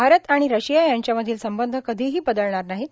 भारत आणि रशिया यांच्यामधील संबंध कधीही बदलणार नाहीत